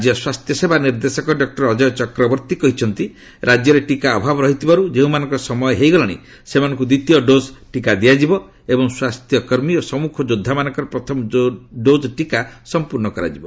ରାଜ୍ୟ ସ୍ୱାସ୍ଥ୍ୟସେବା ନିର୍ଦ୍ଦେଶକ ଡକୁର ଅଜୟ ଚକ୍ରବର୍ତ୍ତୀ କହିଛନ୍ତି ରାଜ୍ୟରେ ଟିକା ଅଭାବ ରହିଥିବାରୁ ଯେଉଁମାନଙ୍କର ସମୟ ହୋଇଗଲାଣି ସେମାନଙ୍କୁ ଦ୍ୱିତୀୟ ଡୋଜ୍ ଟିକା ଦିଆଯିବ ଏବଂ ସ୍ୱାସ୍ଥ୍ୟକର୍ମୀ ଓ ସମ୍ମୁଖ ଯୋଦ୍ଧାମାନଙ୍କର ପ୍ରଥମ ଡୋଜ୍ ଟିକା ସଂପର୍ଣ୍ଣ କରାଯିବ